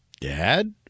dad